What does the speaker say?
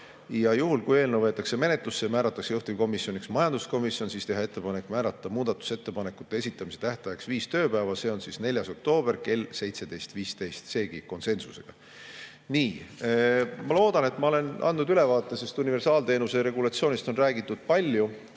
Kui eelnõu võetakse menetlusse ja määratakse juhtivkomisjoniks majanduskomisjon, siis teeme ettepaneku määrata muudatusettepanekute esitamise tähtajaks viis tööpäeva, see on 4. oktoober kell 17.15, seegi otsustati konsensusega. Nii. Ma loodan, et ma olen andnud ülevaate. Sellest universaalteenuse regulatsioonist on räägitud palju.